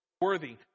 Worthy